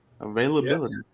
Availability